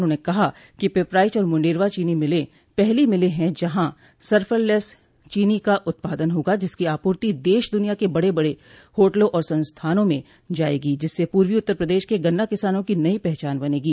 उन्होंने कहा कि पिपराइच और मुंडेरवा चीनी मिले पहली मिलें है जहां सल्फरलेस चीनी का उत्पादन होगा जिसकी आपूर्ति देश दुनिया के बड़े बड़े होटलों और संस्थानों में जायेगी जिससे पूर्वी उत्तर प्रदेश के गन्ना किसानों की नई पहचान बनेगी